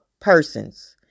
persons